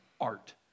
art